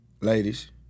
ladies